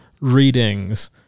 readings